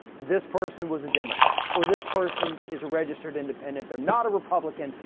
this person was a democrat or this person is a registered independent. they're not a republican.